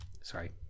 Sorry